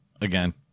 again